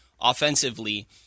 Offensively